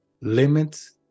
limits